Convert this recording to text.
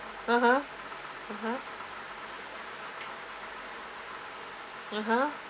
(uh huh) (uh huh) (uh huh)